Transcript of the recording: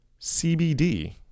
CBD